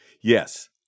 Yes